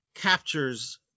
captures